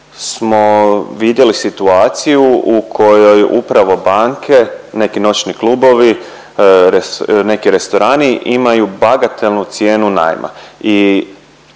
smo vidjeli situaciju u kojoj upravo banke, neki noćni klubovi, neki restorani imaju bagatelnu cijenu najma i